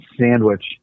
Sandwich